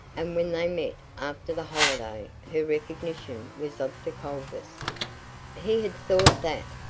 and when they met after the holiday her recognition was of the coldest. he had thought that,